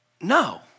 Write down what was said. no